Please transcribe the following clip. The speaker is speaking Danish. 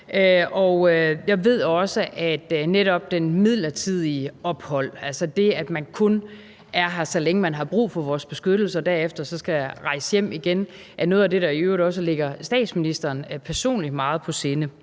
jeg ved også, at netop det midlertidige ophold, altså det, at man kun er her, så længe man har brug for vores beskyttelse, og derefter så skal rejse hjem igen, er noget af det, der i øvrigt også ligger statsministeren personligt meget på sinde.